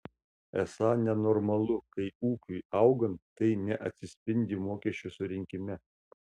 esą nenormalu kai ūkiui augant tai neatsispindi mokesčių surinkime